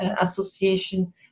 Association